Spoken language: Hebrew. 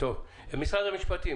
משרד המשפטים.